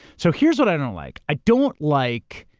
so here's what i don't like, i don't like.